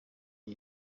iyi